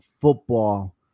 football